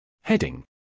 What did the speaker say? Heading